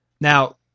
Now